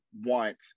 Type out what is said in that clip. want